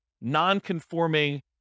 non-conforming